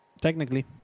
technically